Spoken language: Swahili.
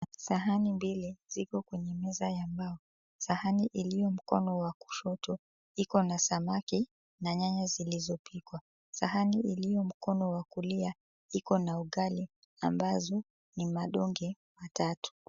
Sahani mbili ziko kwenye meza ya mbao. Sahani iliyo mkono wa kushoto iko na samaki na nyanya zilizopikwa. Sahani iliyo mkono wa kulia iko na ugali ambazo ni madonge matatu.